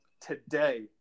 Today